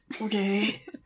Okay